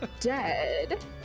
dead